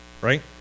right